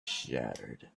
shattered